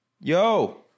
Yo